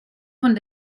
von